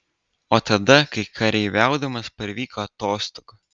o tada kai kareiviaudamas parvyko atostogų